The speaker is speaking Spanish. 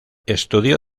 estudió